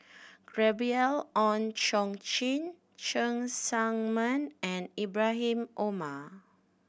Gabriel Oon Chong Jin Cheng Tsang Man and Ibrahim Omar